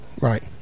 Right